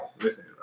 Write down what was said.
Listen